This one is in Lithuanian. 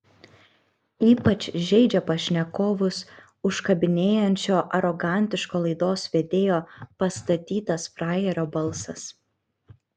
ypač žeidžia pašnekovus užkabinėjančio arogantiško laidos vedėjo pastatytas frajerio balsas